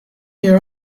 your